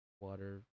water